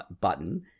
button